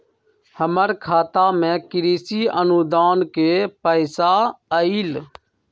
हमर खाता में कृषि अनुदान के पैसा अलई?